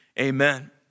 amen